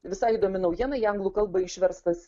visai įdomi naujiena į anglų kalbą išverstas